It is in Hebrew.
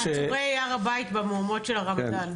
עצורי הר הבית במהומות הרמדאן.